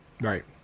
Right